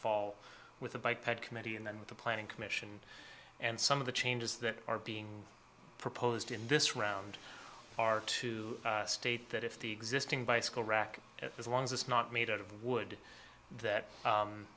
fall with the by pet committee and then with the planning commission and some of the changes that are being proposed in this round are to state that if the existing bicycle rack as long as it's not made out of wood that